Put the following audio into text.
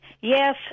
Yes